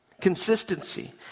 Consistency